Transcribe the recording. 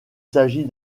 s’agit